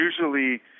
usually